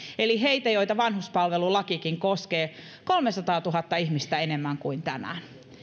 eli heitä joita vanhuspalvelulakikin koskee kolmesataatuhatta ihmistä enemmän kuin tänään